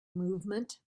movement